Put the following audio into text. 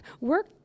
work